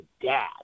dad